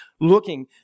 looking